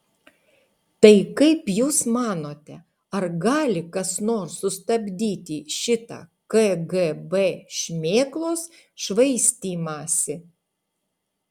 tai kaip jūs manote ar gali kas nors sustabdyti šitą kgb šmėklos švaistymąsi